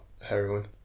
heroin